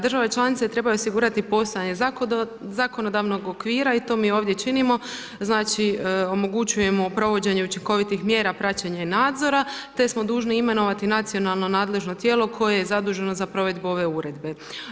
Države članove trebaju osigurati postojanje zakonodavnog okvira i to mi ovdje činimo, znači omogućujemo provođenje učinkovitih mjera praćenja i nadzora te smo dužni imenovati nacionalno nadležno tijelo koje je zaduženo za provedbu ove uredbe.